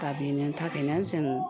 दा बेनि थाखायनो जों हाबो